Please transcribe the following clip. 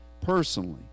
personally